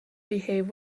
behave